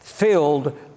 Filled